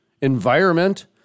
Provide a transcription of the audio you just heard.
environment